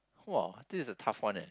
!wow! this is a tough one eh